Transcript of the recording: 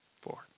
four